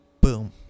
Boom